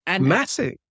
Massive